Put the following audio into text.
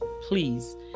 please